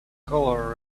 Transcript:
color